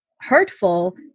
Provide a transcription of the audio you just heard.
hurtful